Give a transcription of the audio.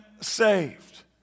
saved